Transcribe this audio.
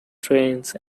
trains